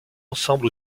ensemble